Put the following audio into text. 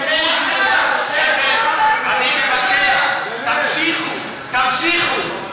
אני מבקש: תמשיכו, תמשיכו.